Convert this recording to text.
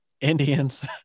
Indians